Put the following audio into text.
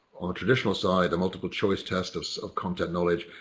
on the traditional side the multiple choice test of so of content knowledge,